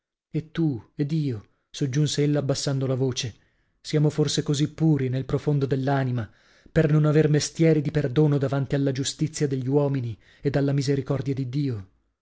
e tu ed io soggiunse ella abbassando la voce siamo forse così puri nel profondo dell'anima per non aver mestieri di perdono davanti alla giustizia degli uomini ed alla misericordia di dio